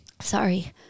Sorry